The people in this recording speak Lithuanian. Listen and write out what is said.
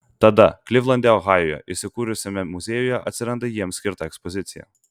tada klivlande ohajuje įsikūrusiame muziejuje atsiranda jiems skirta ekspozicija